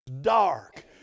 dark